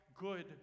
good